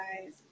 guys